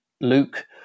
Luke